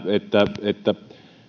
että että